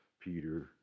Peter